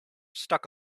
stuck